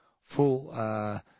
full